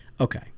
Okay